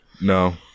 No